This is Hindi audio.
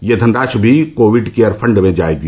यह धनराशि भी कोविड केयर फण्ड में जाएगी